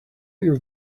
were